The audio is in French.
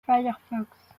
firefox